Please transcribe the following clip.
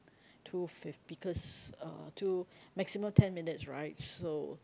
to fif~ because uh to maximum ten minutes right so